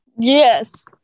Yes